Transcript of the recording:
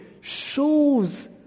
shows